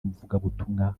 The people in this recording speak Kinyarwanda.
muvugabutumwa